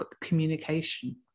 communication